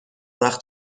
وقت